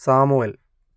samuel